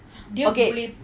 okay